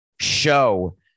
show